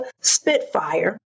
spitfire